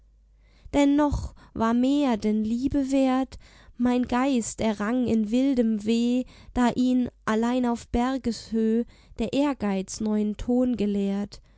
dennoch war mehr denn liebe wert mein geist er rang in wildem weh da ihn allein auf bergeshöh der ehrgeiz neuen ton gelehrt